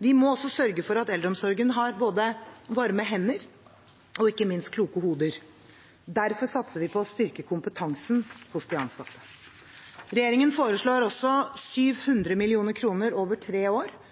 Vi må også sørge for at eldreomsorgen har både varme hender og – ikke minst – kloke hoder. Derfor satser vi på å styrke kompetansen hos de ansatte. Regjeringen foreslår også 700 mill. kr over tre år